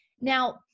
Now